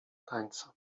tańca